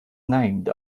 named